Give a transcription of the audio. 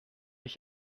ich